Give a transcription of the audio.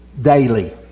daily